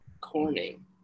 Corning